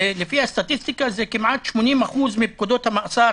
לפי הסטטיסטיקה 80% מפקודות המאסר